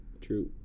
True